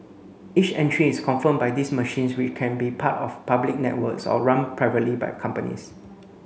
each entry is confirmed by these machines which can be part of public networks or run privately by companies